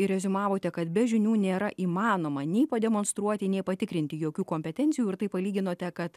ir reziumavote kad be žinių nėra įmanoma nei pademonstruoti nei patikrinti jokių kompetencijų ir tai palyginote kad